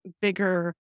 bigger